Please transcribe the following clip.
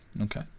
Okay